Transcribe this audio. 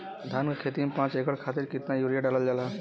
धान क खेती में पांच एकड़ खातिर कितना यूरिया डालल जाला?